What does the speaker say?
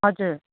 हजुर